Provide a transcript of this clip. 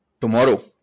Tomorrow